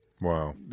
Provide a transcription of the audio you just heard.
Wow